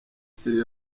sri